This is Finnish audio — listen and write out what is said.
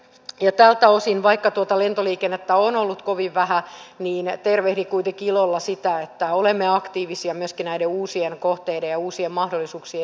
ja tältä osin vaikka tuota lentoliikennettä on ollut kovin vähän tervehdin kuitenkin ilolla sitä että olemme aktiivisia myöskin näiden uusien kohteiden ja uusien mahdollisuuksien etsinnässä